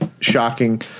shocking